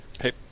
Hey